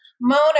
Mona